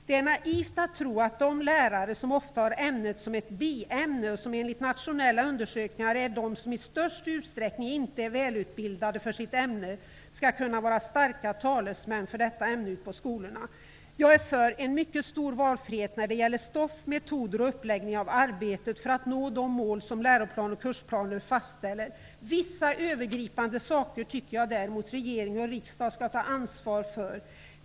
Det är naivt att tro att de lärare som ofta har ämnet som ett biämne, och som enligt nationella undersökningar är de som i störst utsträckning inte är välutbildade för sitt ämne, skall kunna vara starka talesmän för detta ämne ute i skolorna. Jag är för en mycket stor valfrihet när det gäller stoff, metoder och uppläggning av arbetet för att nå de mål som läroplan och kursplaner fastställer. Vissa övergripande saker tycker jag däremot att regering och riksdag skall ta ansvar för.